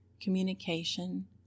communication